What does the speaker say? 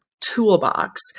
toolbox